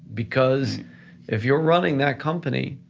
because if you're running that company,